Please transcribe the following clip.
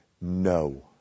no